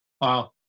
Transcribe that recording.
Wow